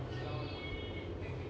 so